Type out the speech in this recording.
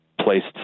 placed